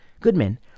Goodman